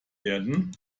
werden